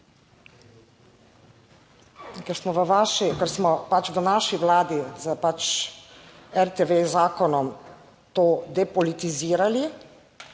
ker smo pač v naši Vladi z pač RTV zakonom to depolitizirali,